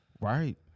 right